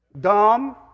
Dumb